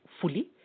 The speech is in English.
fully